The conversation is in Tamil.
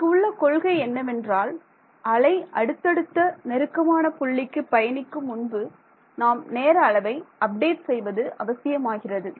இங்கு உள்ள கொள்கை என்னவென்றால் அலை அடுத்த நெருக்கமான புள்ளிக்கு பயணிக்கும் முன்பு நாம் நேர அளவை அப்டேட் செய்வது அவசியமாகிறது